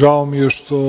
Žao mi je što